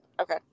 Okay